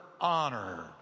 honor